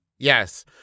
Yes